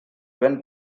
vent